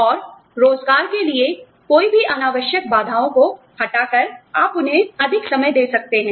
और रोज़गार के लिए कोई भी अनावश्यक बाधाओं को हटाकर आप उन्हें अधिक समय दे सकते हैं